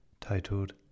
titled